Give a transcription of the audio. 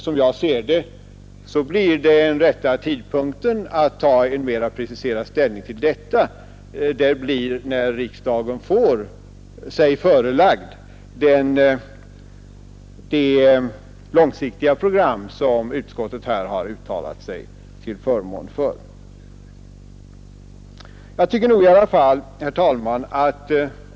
Som jag ser det blir den rätta tidpunkten att ta ställning till detta när riksdagen får sig förelagt det långsiktiga program som utskottet har uttalat sig till förmån för.